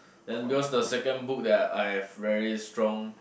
then because the second book that I have very strong